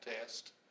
test